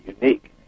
unique